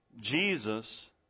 Jesus